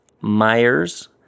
Myers